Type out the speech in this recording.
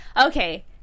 Okay